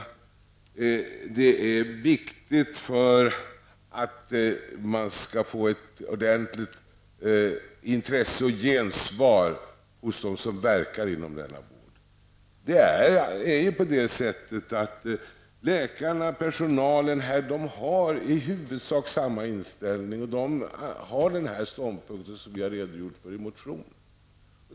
Och det är viktigt för att vi skall kunna få ett ordentligt intresse och gensvar hos dem som är verksamma inom denna vård. Läkarna och personalen inom denna vård har i huvudsak den inställning som vi har redogjort för i vår motion.